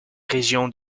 région